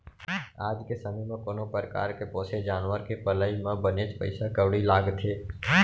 आज के समे म कोनो परकार के पोसे जानवर के पलई म बनेच पइसा कउड़ी लागथे